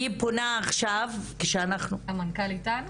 המנכ"ל איתנו?